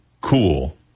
cool